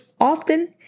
often